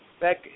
back